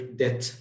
death